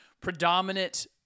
predominant